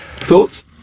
Thoughts